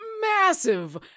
massive